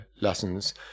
lessons